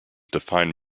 define